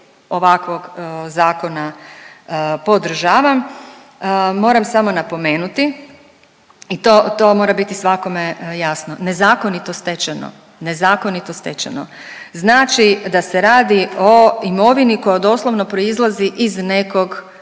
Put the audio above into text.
ovakvog zakona podržavam. Moram samo napomenuti i to, to mora biti svakome jasno, nezakonito stečeno, nezakonito stečeno znači da se radi o imovini koja doslovno proizlazi iz nekog